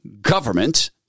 government